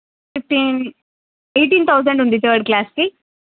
fifteen eighteen thousand ఉంది third class కి